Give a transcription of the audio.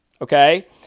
okay